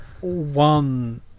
one